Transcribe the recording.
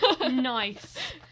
Nice